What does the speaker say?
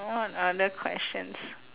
what other questions